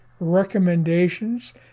Recommendations